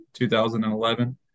2011